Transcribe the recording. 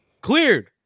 cleared